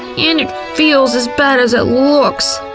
and it feels as bad as it looks!